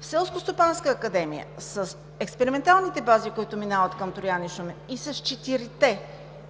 Селскостопанската академия с експерименталните бази, които минават към Троян и Шумен, и с четирите бази,